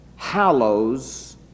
hallows